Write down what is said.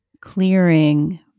clearing